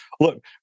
look